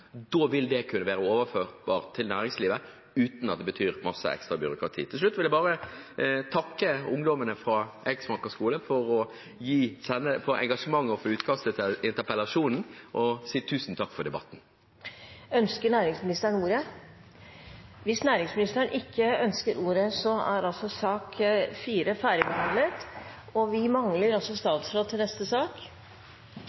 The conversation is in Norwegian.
Da vil det kunne være overførbart til næringslivet uten at det betyr masse ekstra byråkrati. Til slutt vil jeg takke ungdommene fra Eiksmarka skole for engasjementet og for utkastet til interpellasjonen, og si tusen takk for debatten. Ønsker næringsministeren ordet? Nei. Hvis næringsministeren ikke ønsker ordet, er sak nr. 4 ferdigbehandlet. Vi mangler